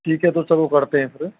ठीक है तो चलो करते हैं फ़िर